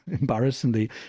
embarrassingly